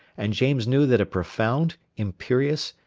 and james knew that a profound, imperious,